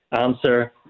answer